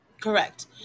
Correct